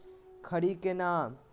खड़ी के नाम?